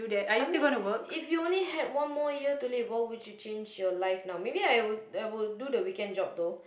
I mean if you only had one more year to live what would you change your life now maybe I would I would do the weekend job though